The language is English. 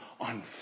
on